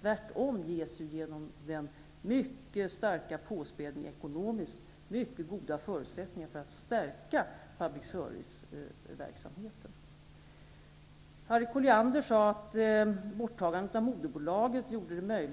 Tvärtom ges genom den mycket starka påspädningen mycket goda ekonomiska förutsättningar att stärka public serviceverksamheten. Harriet Colliander sade att borttagandet av moderbolaget gjorde det